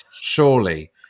Surely